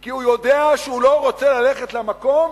כי הוא יודע שהוא לא רוצה ללכת למקום